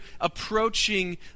approaching